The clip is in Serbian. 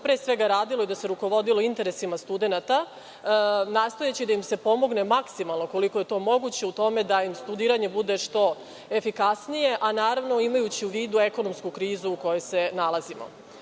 pre svega radilo i da se rukovodilo interesima studenata, nastojeći da im se pomogne maksimalno, koliko je to moguće, da im studiranje bude što efikasnije, a naravno imajući i u vidu ekonomsku krizu u kojoj se nalazimo. Takođe,